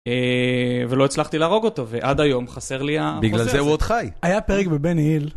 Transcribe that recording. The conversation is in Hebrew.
אה... ולא הצלחתי להרוג אותו, ועד היום חסר לי ה...זה, בגלל זה הוא עוד חי. היה פרק בבני היל.